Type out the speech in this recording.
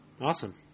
Awesome